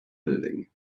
building